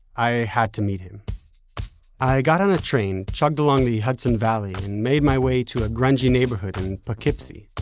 i had to meet him i got on a train, chugged along the hudson valley and made my way to a grungy neighborhood in poughkeepsie.